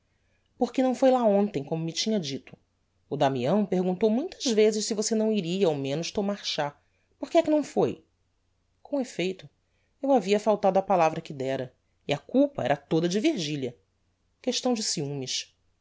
porque não foi lá hontem como me tinha dito o damião perguntou muitas vezes se você não iria ao menos tomar chá porque é que não foi com effeito eu havia faltado á palavra que dera e a culpa era toda de virgilia questão de ciúmes